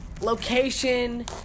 location